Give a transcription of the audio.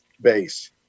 base